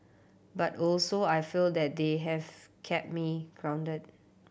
but also I feel that they have kept me grounded